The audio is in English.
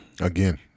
again